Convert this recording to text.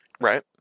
right